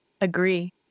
agree